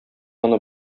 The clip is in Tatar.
аны